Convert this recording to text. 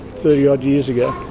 thirty odd years ago.